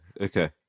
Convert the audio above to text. Okay